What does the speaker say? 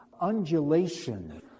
undulation